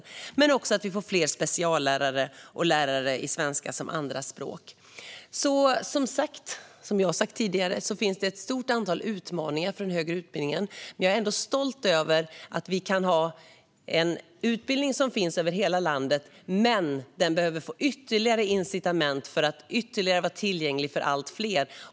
Det handlar också om att vi får fler speciallärare och lärare i svenska som andra språk. Som jag har sagt tidigare finns det ett stort antal utmaningar för den högre utbildningen, men jag är ändå stolt över att vi kan ha en utbildning som finns över hela landet. Den behöver dock få ytterligare incitament för att bli ännu mer tillgänglig för allt fler.